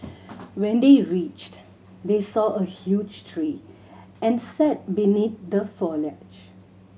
when they reached they saw a huge tree and sat beneath the foliage